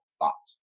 Thoughts